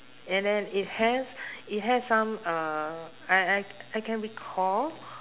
and then it has it has some uh I I I can recall